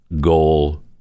goal